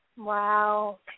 Wow